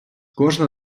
кожна